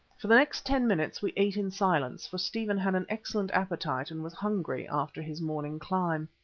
for the next ten minutes we ate in silence, for stephen had an excellent appetite and was hungry after his morning climb.